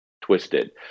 twisted